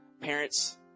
parents